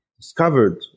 discovered